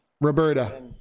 roberta